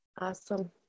Awesome